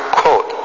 quote